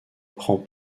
prend